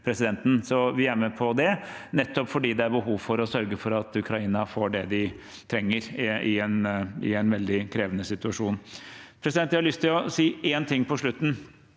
Vi er med på dette nettopp fordi det er behov for å sørge for at Ukraina får det de trenger i en veldig krevende situasjon. Jeg har lyst til å si noe på slutten,